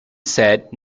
said